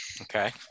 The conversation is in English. Okay